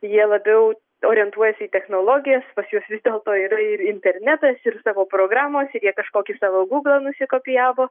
jie labiau orientuojasi į technologijas pas juos vis dėlto yra ir internetas ir savo programos ir jie kažkokį savo guglą nusikopijavo